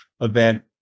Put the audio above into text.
event